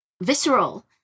visceral